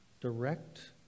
direct